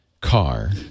car